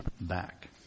back